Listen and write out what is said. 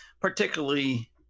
particularly